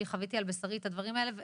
חוויתי על בשרי את הדברים האלה ובאמת,